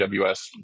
AWS